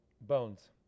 bones